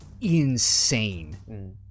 insane